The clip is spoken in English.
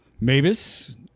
Mavis